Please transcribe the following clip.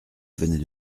venait